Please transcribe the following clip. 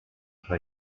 her